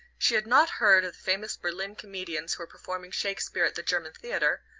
she had not heard of the famous berlin comedians who were performing shakespeare at the german theatre,